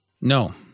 No